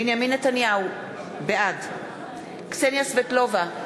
בנימין נתניהו, בעד קסניה סבטלובה,